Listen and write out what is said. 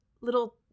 little